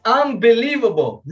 unbelievable